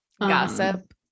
Gossip